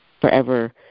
forever